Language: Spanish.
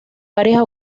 varias